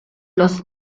los